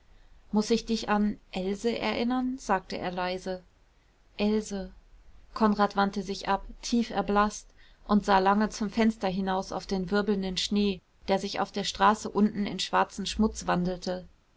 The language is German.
muß ich dich an else erinnern sagte er leise else konrad wandte sich ab tief erblaßt und sah lange zum fenster hinaus auf den wirbelnden schnee der sich auf der straße unten in schwarzen schmutz wandelte